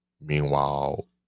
Meanwhile